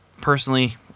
personally